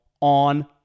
on